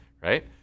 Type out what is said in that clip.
right